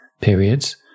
periods